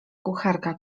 kucharka